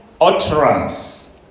utterance